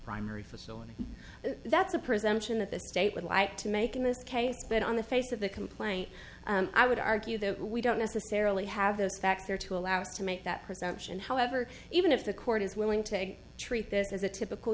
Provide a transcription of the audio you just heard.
primary facility that's the presumption that the state would like to make in this case but on the face of the complaint i would argue that we don't necessarily have those factor to allow us to make that presumption however even if the court is willing to treat this as a typical